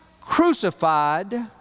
crucified